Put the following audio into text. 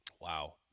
Wow